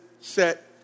set